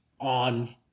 on